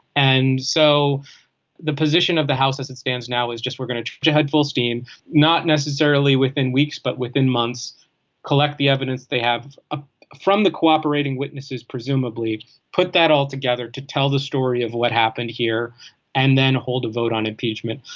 and so the position of the house as it stands now is just we're gonna head full steam not necessarily within weeks but within months collect the evidence they have ah from the cooperating witnesses presumably put that all together to tell the story of what happened here and then hold a vote on impeachment.